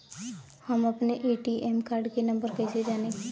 हम अपने ATM card के नंबर कइसे जानी?